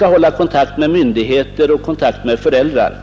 hålla kontakt med myndigheter och kontakt med föräldrar.